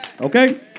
Okay